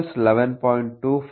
25 0